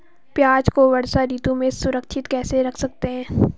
प्याज़ को वर्षा ऋतु में सुरक्षित कैसे रख सकते हैं?